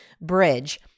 Bridge